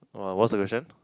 oh ah what solution